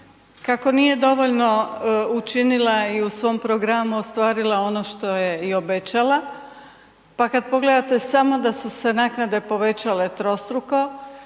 kako nije dovoljno učinila i u svom programu ostvarila ono što je i obećala, pa kad pogledate samo da su se naknade povećale trostruko,